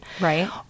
Right